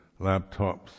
laptops